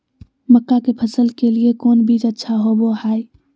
मक्का के फसल के लिए कौन बीज अच्छा होबो हाय?